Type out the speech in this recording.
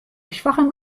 schwachem